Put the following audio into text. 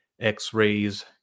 x-rays